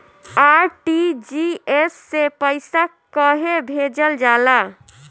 RTGS से पइसा कहे भेजल जाला?